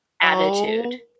attitude